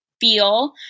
feel